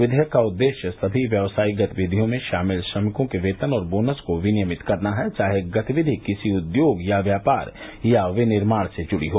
विधेयक का उद्देश्य सभी व्यावसायिक गतिविधियों में शामिल श्रमिकों के वेतन और बोनस को विनियमित करना है चाहे गतिविधि किसी उद्योग या व्यापार या विनिर्माण से जुड़ी हो